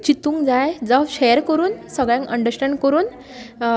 चितूंक जाय जावं शेर करून सगळ्यांक अनडर्स्टेंड करून